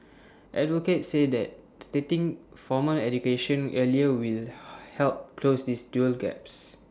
advocates say that starting formal education earlier will help close these dual gaps